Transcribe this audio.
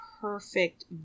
perfect